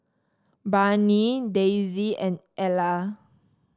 Barnie Dayse and Ela